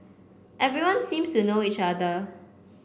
everyone seems to know each other